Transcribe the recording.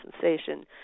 sensation